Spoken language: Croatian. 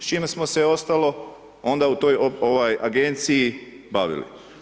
S čime smo se ostalo onda u toj ovaj agenciji bavili?